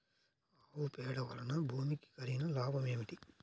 ఆవు పేడ వలన భూమికి కలిగిన లాభం ఏమిటి?